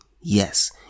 Yes